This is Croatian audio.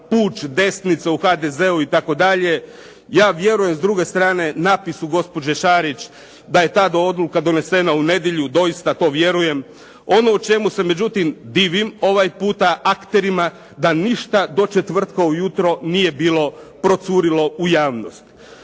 puč desnice u HDZ-u itd. Ja vjerujem s druge strane napisu gospođe Šarić da je ta odluka donesena u nedjelju. Doista to vjerujem. Ono u čemu se međutim divim ovaj puta akterima da ništa do četvrtka u jutro nije bilo procurilo u javnost.